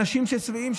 אנשים ששבעים,